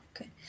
Okay